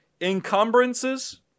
Encumbrances